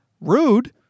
rude